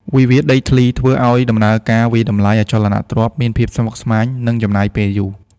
វិវាទដីធ្លីធ្វើឱ្យដំណើរការវាយតម្លៃអចលនទ្រព្យ មានភាពស្មុគស្មាញ និងចំណាយពេលយូរ។